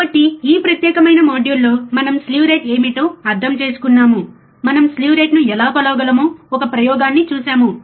కాబట్టి ఈ ప్రత్యేకమైన మాడ్యూల్లో మనం స్లీవ్ రేట్ ఏమిటో అర్థం చేసుకున్నాము మనం స్లీవ్ రేటును ఎలా కొలవగలమో ఒక ప్రయోగాన్ని చూశాము